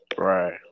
Right